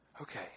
okay